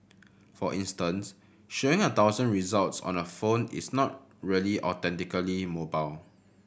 for instance showing a thousand results on a phone is not really authentically mobile